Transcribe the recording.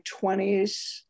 20s